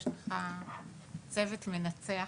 יש לך צוות מנצח